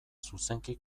zuzenki